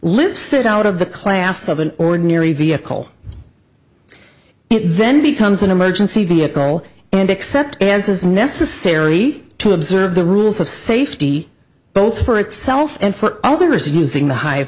live sit out of the class of an ordinary vehicle then becomes an emergency vehicle and accept it as is necessary to observe the rules of safety both for itself and for others using the high